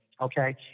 Okay